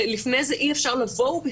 הרי לפני זה אי אפשר --- בכלל.